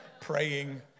praying